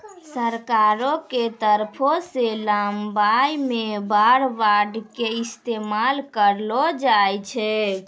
सरकारो के तरफो से लड़ाई मे वार बांड के इस्तेमाल करलो जाय छै